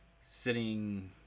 sitting